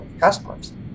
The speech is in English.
customers